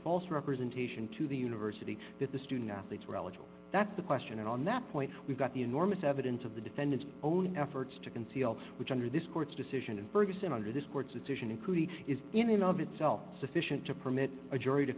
false representation to the university that the student athletes were eligible that's the question and on that point we've got the enormous evidence of the defendant's own efforts to conceal which under this court's decision and bergeson under this court's decision including is in and of itself sufficient to permit a jury to